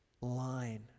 line